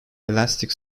elastic